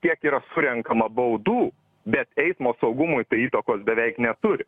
kiek yra surenkama baudų bet eismo saugumui tai įtakos beveik neturi